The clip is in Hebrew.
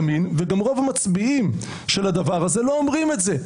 אבל רוב מחנה הימין ורוב המצביעים של הדבר הזה לא אומרים את זה.